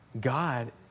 God